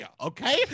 Okay